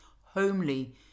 homely